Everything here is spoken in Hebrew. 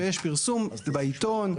שיש פרסום בעיתון,